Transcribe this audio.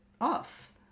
off